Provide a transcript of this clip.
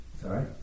Sorry